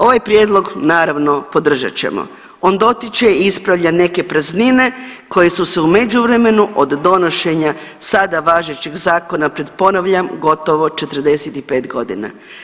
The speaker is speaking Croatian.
Ovaj prijedlog naravno podržat ćemo, on dotiče i ispravlja neke praznine koje su se u međuvremenu od donošenja sada važećeg zakona pred ponavljam gotovo 45 godina.